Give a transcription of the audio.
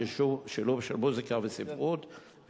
שילוב של מוזיקה וספרות,